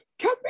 Come